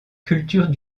culture